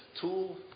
tool